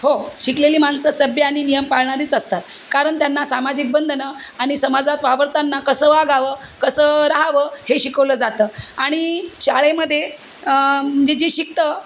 हो शिकलेली माणसं सभ्य आणि नियम पाळणारीच असतात कारण त्यांना सामाजिक बंधनं आणि समाजात वावरताना कसं वागावं कसं रहावं हे शिकवलं जातं आणि शाळेमध्ये म्हणजे जे शिकतं